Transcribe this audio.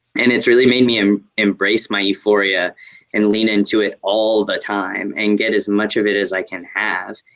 and it's really made me um embrace my euphoria and lean into it all the time, and get as much of it as i can have.